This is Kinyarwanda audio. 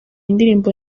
indirimbo